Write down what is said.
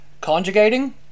Conjugating